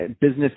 business